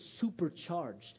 supercharged